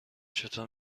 چطور